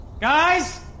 Guys